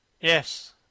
Yes